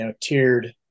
tiered